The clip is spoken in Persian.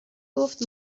گفت